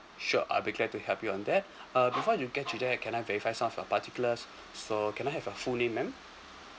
sure I'll be glad to help you on that uh before you get to that can I verify some of your particulars so can I have your full name madam